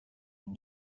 این